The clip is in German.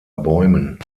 bäumen